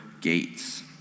gates